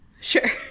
Sure